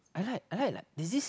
I like I like that is this